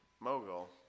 Mogul